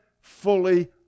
fully